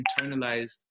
internalized